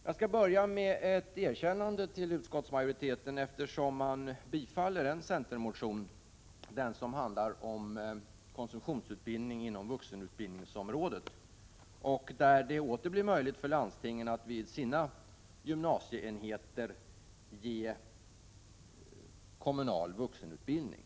Jag skall börja med ett erkännande till utskottsmajoriteten, eftersom den tillstyrker bifall till en centermotion, den motion som handlar om konsumtionsutbildning inom vuxenutbildningsområdet, där det åter blir möjligt för landstingen att vid sina gymnasieenheter ge kommunal vuxenutbildning.